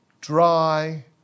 dry